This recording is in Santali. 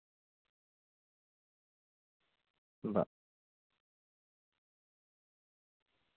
ᱵᱟ